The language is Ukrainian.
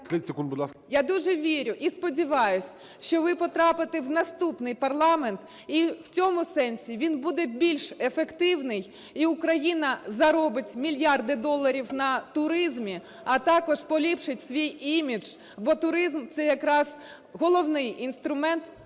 Я дуже вірю і сподіваюсь, що ви потрапите в наступний парламент, і в цьому сенсі він буде більш ефективний, і Україна заробить мільярди доларів на туризмі, а також поліпшить свій імідж, бо туризм – це якраз головний інструмент